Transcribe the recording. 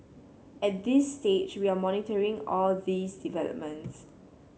at this stage we are monitoring all these developments